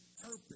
purpose